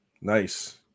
Nice